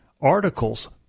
articles